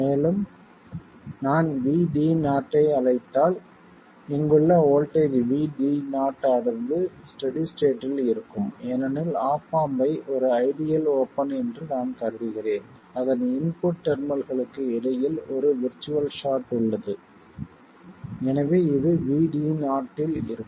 மேலும் நான் VD0 ஐ அழைத்தால் இங்குள்ள வோல்ட்டேஜ் VD0 ஆனது ஸ்டெடி ஸ்டேட்டில் இருக்கும் ஏனெனில் ஆப் ஆம்ப் ஐ ஒரு ஐடியல் ஓப்பன் என்று நான் கருதுகிறேன் அதன் இன்புட் டெர்மினல்களுக்கு இடையில் ஒரு விர்ச்சுவல் ஷார்ட் உள்ளது எனவே இது VD0 இல் இருக்கும்